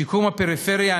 שיקום הפריפריה,